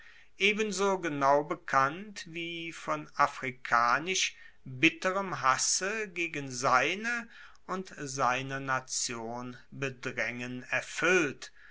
ebenso genau bekannt wie von afrikanisch bitterem hasse gegen seine und seiner nation bedraengen erfuellt